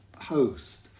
host